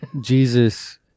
Jesus